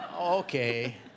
Okay